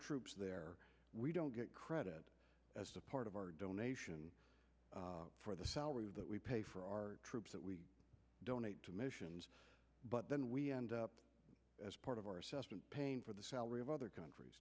troops there we don't get credit as a part of our donation for the salary that we pay for our troops that we donate to missions but then we end up as part of our assessment paying for the salary of other countries